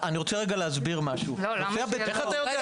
אני רוצה רגע להסביר משהו --- איך אתה יודע?